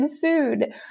food